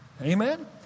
Amen